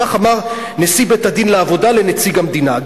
כך אמר נשיא בית-הדין לעבודה לנציג המדינה: